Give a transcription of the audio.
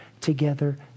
together